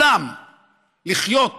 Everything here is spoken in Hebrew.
לכולם לחיות